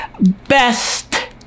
best